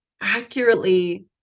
accurately